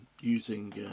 using